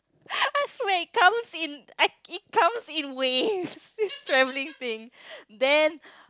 I swear it comes in it comes in waves traveling thing then